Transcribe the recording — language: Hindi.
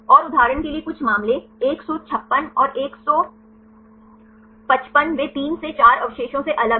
और उदाहरण के लिए कुछ मामले 156 और 155 वे 3 से 4 अवशेषों से अलग हैं